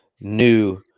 new